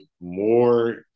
more